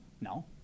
no